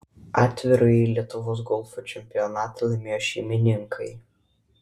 atvirąjį lietuvos golfo čempionatą laimėjo šeimininkai